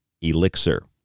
Elixir